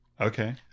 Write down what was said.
okay